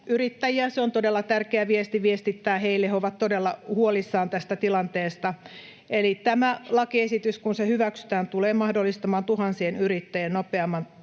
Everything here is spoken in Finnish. yrittäjiä. Se on todella tärkeä viesti viestittää heille — he ovat todella huolissaan tästä tilanteesta. Eli tämä lakiesitys, kun se hyväksytään, tulee mahdollistamaan tuhansien yrittäjien nopeamman toiminnan